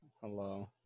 Hello